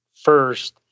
first